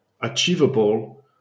achievable